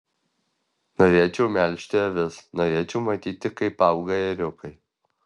norėčiau melžti avis norėčiau matyti kaip auga ėriukai